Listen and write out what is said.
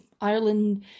Ireland